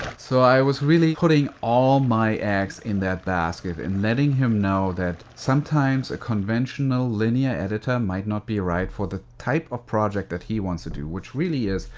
so, i was really putting all of my eggs in that basket and letting him know that sometimes a conventional linear editor might not be right for the type of project that he wants to do, which really is,